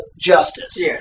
justice